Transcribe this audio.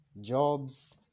jobs